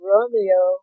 Romeo